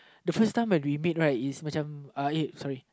the first time I remade right is uh sorry